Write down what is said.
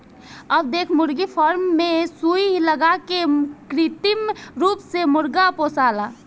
अब देख मुर्गी फार्म मे सुई लगा के कृत्रिम रूप से मुर्गा पोसाला